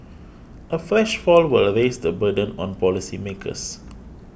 a fresh fall will lace the burden on policymakers